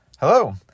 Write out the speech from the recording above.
Hello